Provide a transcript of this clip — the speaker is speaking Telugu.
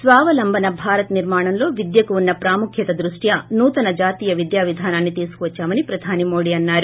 స్వావలంబన భారత్ నిర్మాణంలో విద్యకు ఉన్న పాముఖ్యత దృష్ట్య్న నూతన జాతీయ విద్యా విధానాన్ని తీసుకువచ్చామని పధాని మోడీ అన్నారు